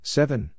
Seven